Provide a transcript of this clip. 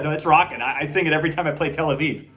and it's rocking, i sing it every time i play tel aviv.